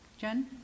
Jen